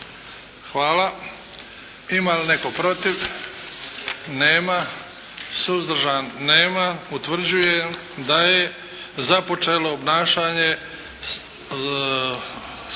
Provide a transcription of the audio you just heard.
Hvala. Ima li netko protiv? Nema. Suzdržan? Nema. Utvrđujem da je započelo obnašanje